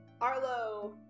Arlo